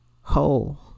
whole